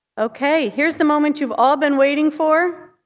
okay. here's the moment you've all been waiting for.